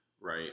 Right